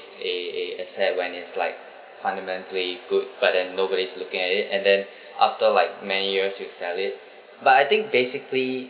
a a except when it's like fundamentally good but then nobody is looking at it and then after like many years you sell it but I think basically